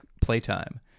playtime